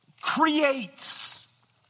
creates